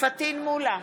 פטין מולא,